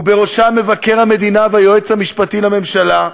ובראשם מבקר המדינה והיועץ המשפטי לממשלה,